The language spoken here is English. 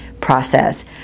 process